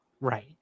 right